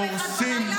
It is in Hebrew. אל תפנו אליי,